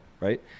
right